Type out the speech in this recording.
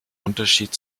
unterschied